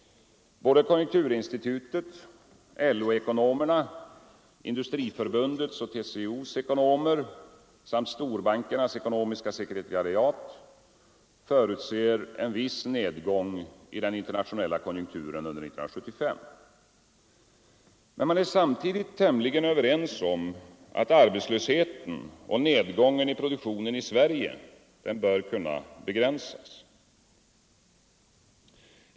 Konjunkturinstitutet, LO-ekonomerna, Industriförbundets och TCO:s ekonomer samt storbankernas ekonomiska sekretariat förutser alla en viss nedgång i den internationella konjunkturen under 1975. Men de är samtidigt tämligen överens om att arbetslösheten och nedgången i produktionen i Sverige bör kunna begränsas.